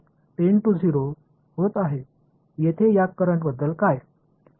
இந்த மின்னோட்டத்தைப் பற்றி இங்கே என்ன சொல்வது